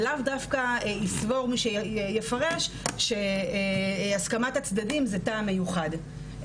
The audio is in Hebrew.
לאו דווקא יסבור מי שיפרש שהסכמת הצדדים היא טעם מיוחד,